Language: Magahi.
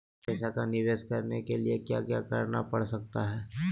पैसा का निवेस करने के लिए क्या क्या करना पड़ सकता है?